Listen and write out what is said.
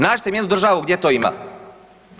Nađite mi jednu državu gdje to ima?